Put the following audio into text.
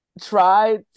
try